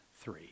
three